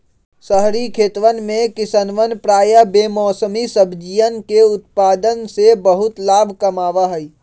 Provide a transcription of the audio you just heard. शहरी खेतवन में किसवन प्रायः बेमौसमी सब्जियन के उत्पादन से बहुत लाभ कमावा हई